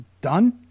done